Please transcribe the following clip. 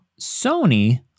Sony